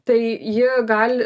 tai ji gali